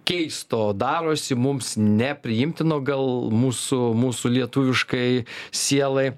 keisto darosi mums nepriimtino gal mūsų mūsų lietuviškai sielai